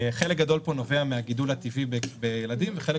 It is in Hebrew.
חלק גדול פה נובע מהגידול הטבעי בילדים וחלק